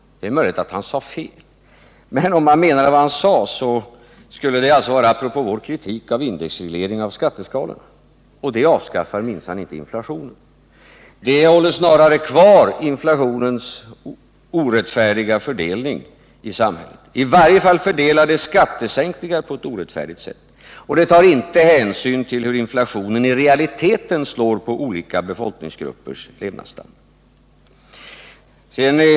Det är möjligt att han sade fel, men om han menade vad han sade, skulle det alltså vara en fråga apropå vår kritik av indexregleringen av skatteskalan. Men indexregleringen avskaffar minsann inte inflationen; den håller snarare kvar inflationens orättfärdiga fördelning i samhället. I varje fall fördelar den skattesänkningar på ett orättfärdigt sätt och tar inte hänsyn till hur inflationen i realiteten slår på olika befolkningsgruppers levnadsstandard.